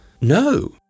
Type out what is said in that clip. No